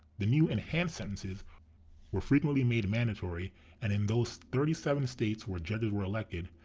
the new, enhanced, sentences were frequently made mandatory and, in those thirty seven states where judges were elected,